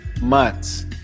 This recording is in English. months